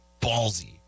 ballsy